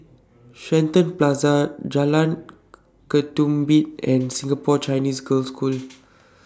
Shenton Plaza Jalan Ketumbit and Singapore Chinese Girls' School